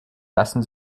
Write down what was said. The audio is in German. lassen